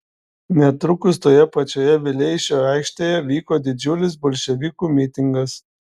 netrukus toje pačioje vileišio aikštėje vyko didžiulis bolševikų mitingas